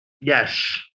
Yes